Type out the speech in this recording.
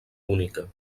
única